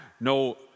no